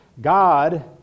God